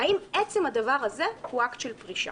האם עצם הדבר הזה הוא אקט של פרישה?